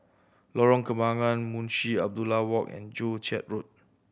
Lorong Kembangan Munshi Abdullah Walk and Joo Chiat Road